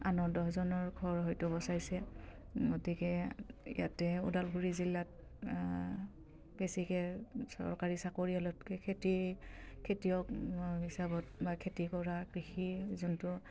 আন দহজনৰ ঘৰ হয়তো বচাইছে গতিকে ইয়াতে ওদালগুৰি জিলাত বেছিকে চৰকাৰী চাকৰিয়ালতকে খেতি খেতিয়ক হিচাপত বা খেতি কৰা কৃষি যোনটো